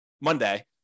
monday